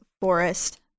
forest